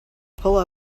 pull